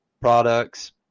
products